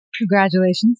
Congratulations